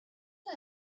but